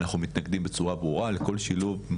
אנחנו מתנגדים בצורה ברורה לכל שילוב.